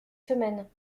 semaines